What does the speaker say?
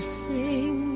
sing